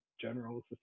general